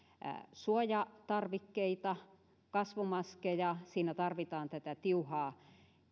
suojatarvikkeita kasvomaskeja siinä tarvitaan tätä tiuhaa